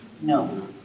No